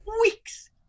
weeks